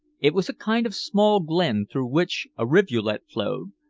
it was a kind of small glen through which a rivulet flowed,